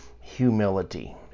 humility